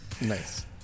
Nice